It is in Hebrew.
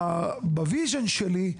ב-vision שלי,